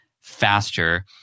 faster